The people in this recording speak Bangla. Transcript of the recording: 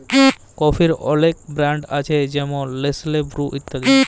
কফির অলেক ব্র্যাল্ড আছে যেমল লেসলে, বুরু ইত্যাদি